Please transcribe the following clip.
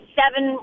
seven